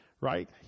right